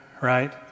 right